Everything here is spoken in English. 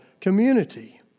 community